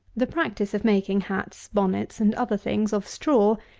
the practice of making hats, bonnets, and other things, of straw,